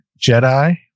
Jedi